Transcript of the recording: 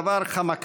דיבר על ארץ